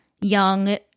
young